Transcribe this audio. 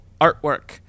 artwork